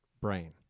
brain